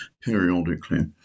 periodically